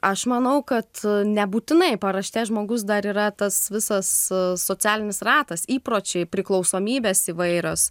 aš manau kad nebūtinai paraštės žmogus dar yra tas visas socialinis ratas įpročiai priklausomybės įvairios